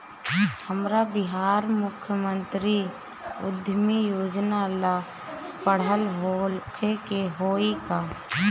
हमरा बिहार मुख्यमंत्री उद्यमी योजना ला पढ़ल होखे के होई का?